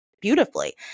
beautifully